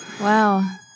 Wow